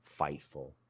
fightful